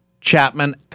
Chapman